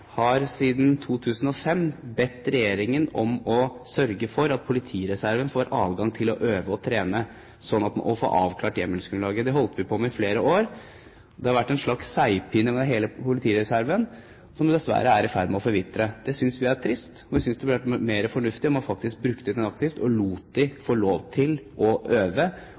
har siden 2005 bedt regjeringen om å sørge for at politireserven får adgang til å øve og trene og få avklart hjemmelsgrunnlaget. Det holdt vi på med i flere år. Det har vært en slags seigpining av hele politireserven, som dessverre er i ferd med å forvitre. Det synes vi er trist. Vi synes det burde være mer fornuftig om man brukte dem aktivt, og lot dem få lov til å øve